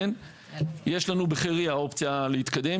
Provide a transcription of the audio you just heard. יש לנו בחירייה אופציה להתקדם,